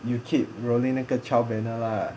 you keep rolling 那个 child banner lah